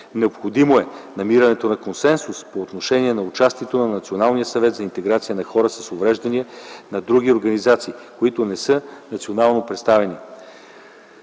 Необходимо е намирането на консенсус по отношение на участието в Националния съвет за интеграция на хората с увреждания на други организации, които не са национално представителни.